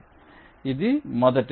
కాబట్టి ఇది మొదటిది